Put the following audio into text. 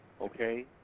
okay